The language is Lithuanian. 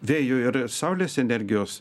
vėjo ir saulės energijos